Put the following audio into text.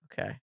Okay